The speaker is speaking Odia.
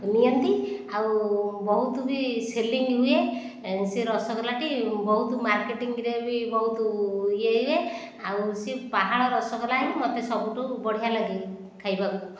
ନିଅନ୍ତି ଆଉ ବହୁତ ବି ସେଲିଂ ହୁଏ ସେ ରସଗୋଲା ଟି ବହୁତ ମାର୍କେଟିଙ୍ଗରେ ବି ବହୁତ ୟେ ହୁଏ ଆଉ ସେ ପାହାଳ ରସଗୋଲା ହିଁ ମୋତେ ସବୁଠୁ ବଢିଆ ଲାଗେ ଖାଇବାକୁ